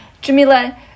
Jamila